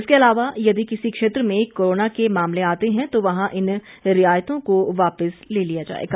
इसके अलावा यदि किसी क्षेत्र में कोरोना के मामलें आते हैं तो वहां इन रियायतों को वापिस ले लिया जाएगा